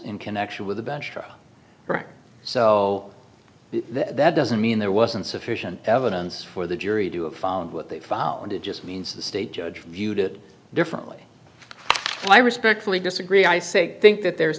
in connection with the bench so that doesn't mean there wasn't sufficient evidence for the jury do of what they followed it just means the state judge viewed it differently i respectfully disagree i say think that there's